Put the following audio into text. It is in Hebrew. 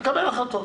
ונקבל החלטות.